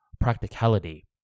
practicality